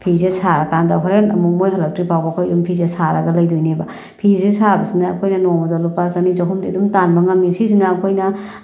ꯐꯤꯁꯦ ꯁꯥꯔꯀꯥꯟꯗ ꯍꯣꯔꯦꯟ ꯑꯃꯨꯛ ꯃꯣꯏ ꯍꯜꯂꯛꯇ꯭ꯔꯤ ꯐꯥꯎꯕ ꯑꯩꯈꯣꯏ ꯑꯗꯨꯝ ꯐꯤꯁꯦ ꯑꯗꯨꯝ ꯁꯥꯔꯒ ꯂꯩꯗꯣꯏꯅꯦꯕ ꯐꯤꯁꯦ ꯁꯥꯕꯁꯤꯅ ꯑꯩꯈꯣꯏꯅ ꯅꯣꯡꯃꯗ ꯂꯨꯄꯥ ꯆꯅꯤ ꯆꯍꯨꯝꯗꯤ ꯑꯗꯨꯝ ꯇꯥꯟꯕ ꯉꯝꯃꯤ ꯁꯤꯁꯤꯅ ꯑꯩꯈꯣꯏꯅ